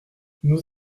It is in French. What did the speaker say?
nous